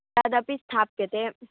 तदपि स्थाप्यते